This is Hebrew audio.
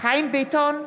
חיים ביטון,